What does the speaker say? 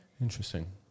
Interesting